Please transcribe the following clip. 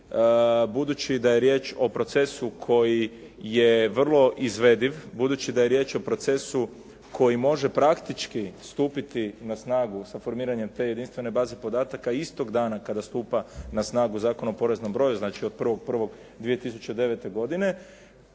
budući da je riječ o procesu koji je vrlo izvediv, budući da je riječ o procesu koji može praktički stupiti na snagu sa formiranjem te jedinstvene baze podataka istog dana kada stupa na snagu Zakon o poreznom broju, znači od 1.1.2009. godine,